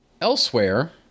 Elsewhere